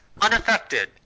Unaffected